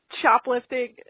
shoplifting